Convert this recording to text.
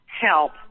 help